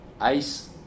ICE